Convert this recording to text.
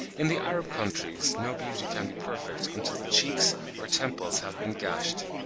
in the arab countries no beauty can be perfect until the cheeks or temples have been gashed.